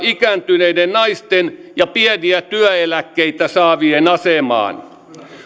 ikääntyneiden naisten ja pieniä työeläkkeitä saavien asemaan